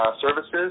services